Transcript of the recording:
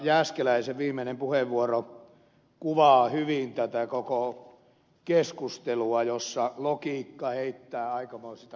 jääskeläisen viimeinen puheenvuoro kuvaa hyvin tätä koko keskustelua jossa logiikka heittää aikamoista häränpyllyä